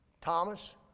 Thomas